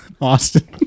Austin